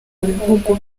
bihugu